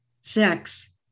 sex